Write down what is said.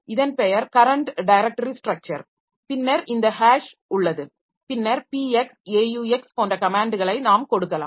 இதன் பெயர் current directory structure பின்னர் இந்த ஹாஷ் உள்ளது பின்னர் psaux போன்ற கமேன்ட்களை நாம் கொடுக்கலாம்